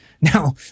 now